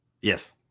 Yes